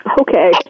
Okay